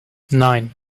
nine